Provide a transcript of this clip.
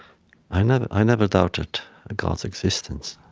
i never i never doubted god's existence.